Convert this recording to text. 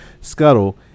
scuttle